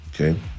Okay